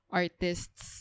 artist's